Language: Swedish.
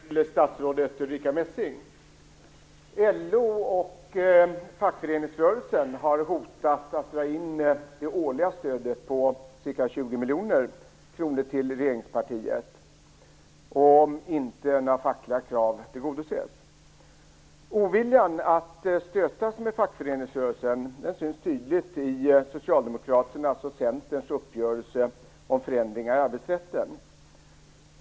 Fru talman! Min fråga är till statsrådet Ulrica LO och fackföreningsrörelsen har hotat att dra in det årliga stödet på ca 20 miljoner kronor till regeringspartiet om inte några fackliga krav tillgodoses. Oviljan att stöta sig med fackföreningsrörelsen syns tydligt i Socialdemokraternas och Centerns uppgörelse om förändringar i arbetsrätten.